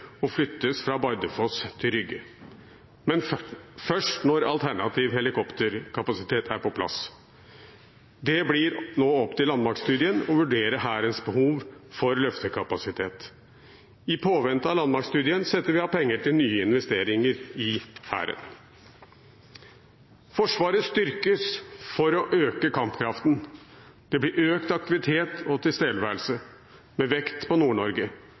og flyttes fra Bardufoss til Rygge, men først når alternativ helikopterkapasitet er på plass. Det blir nå opp til landmaktstudien å vurdere Hærens behov for løftekapasitet. I påvente av landmaktstudien setter vi av penger til nye investeringer i Hæren. Forsvaret styrkes for å øke kampkraften. Det blir økt aktivitet og tilstedeværelse, med vekt på